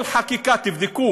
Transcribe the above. כל חקיקה, תבדקו